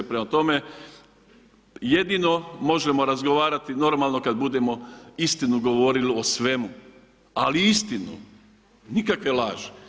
Prema tome, jedino možemo razgovarati normalno kada budemo istinu govorili o svemu, ali istinu, nikakve laži.